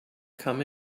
come